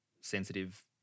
sensitive